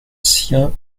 sien